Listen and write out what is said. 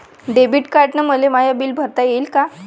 Debit कार्डानं मले my bill भरता येईन का?